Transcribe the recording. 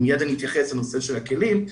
ומיד אני אתייחס לנושא של הכלים,